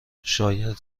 شاید